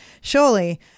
Surely